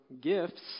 gifts